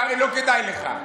קרעי, לא כדאי לך.